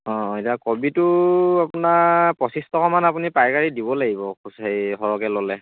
অঁ এতিয়া কবিটো আপোনাৰ পঁচিছ টকামান আপুনি পাইকাৰী দিব লাগিব হেৰি সৰহকৈ ল'লে